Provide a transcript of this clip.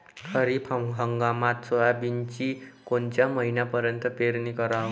खरीप हंगामात सोयाबीनची कोनच्या महिन्यापर्यंत पेरनी कराव?